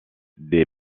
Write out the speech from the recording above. des